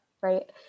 Right